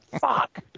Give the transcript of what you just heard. Fuck